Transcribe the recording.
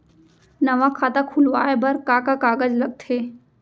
नवा खाता खुलवाए बर का का कागज लगथे?